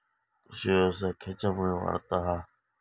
कृषीव्यवसाय खेच्यामुळे वाढता हा?